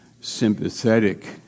sympathetic